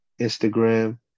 Instagram